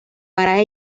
para